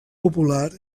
popular